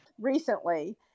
recently